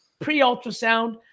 Pre-ultrasound